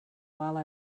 while